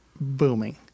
booming